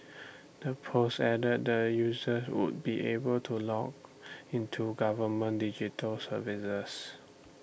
the post added that users would be able to log into government digital services